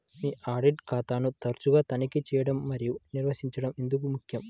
మీ audit ఖాతాను తరచుగా తనిఖీ చేయడం మరియు నిర్వహించడం ఎందుకు ముఖ్యం?